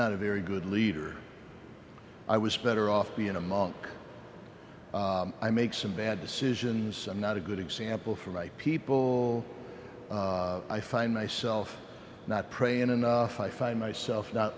not a very good leader i was better off being a monk i make some bad decisions i'm not a good example for my people i find myself not praying enough i find myself not